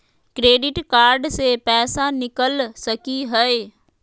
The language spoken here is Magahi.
क्रेडिट कार्ड से पैसा निकल सकी हय?